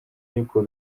ariko